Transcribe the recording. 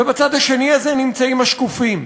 ובצד השני הזה נמצאים השקופים,